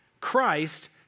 Christ